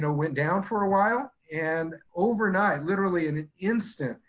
and went down for awhile and overnight, literally in an instant,